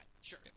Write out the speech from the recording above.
Sure